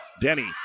Denny